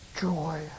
joy